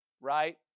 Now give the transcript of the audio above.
right